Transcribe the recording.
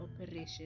operation